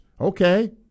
okay